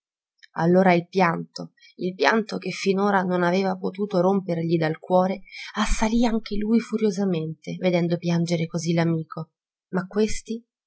allora il pianto il pianto che finora non aveva potuto rompergli dal cuore assalì anche lui furiosamente vedendo piangere così l'amico ma questi